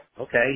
Okay